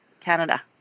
Canada